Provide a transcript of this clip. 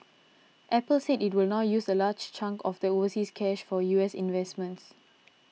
apple said it will now use a large chunk of the overseas cash for U S investments